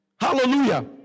Hallelujah